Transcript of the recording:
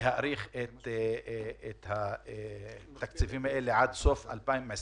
להאריך את התקציבים האלה עד סוף 2021,